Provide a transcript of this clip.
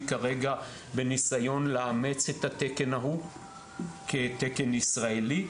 כרגע בניסיון לאמץ את התקן ההוא כתקן ישראלי,